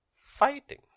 fighting